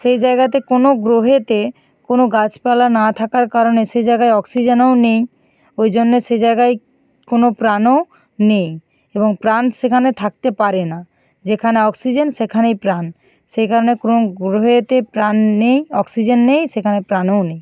সেই জায়গাতে কোনও গ্রহেতে কোনও গাছপালা না থাকার কারণে সে জায়গায় অক্সিজেনও নেই ওই জন্যে সে জায়গায় কোনও প্রাণও নেই এবং প্রাণ সেখানে থাকতে পারে না যেখানে অক্সিজেন সেখানেই প্রাণ সেই কারণে কোনও গ্রহেতে প্রাণ নেই অক্সিজেন নেই সেখানে প্রাণও নেই